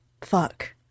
fuck